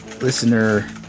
Listener